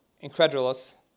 incredulous